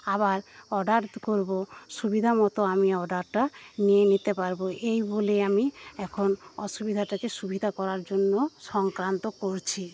আবার অর্ডার করব সুবিধামতো আমি অর্ডারটা নিয়ে নিতে পারব এই বলে আমি এখন অসুবিধাটাকে সুবিধা করার জন্য সংক্রান্ত করছি